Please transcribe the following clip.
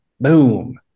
Boom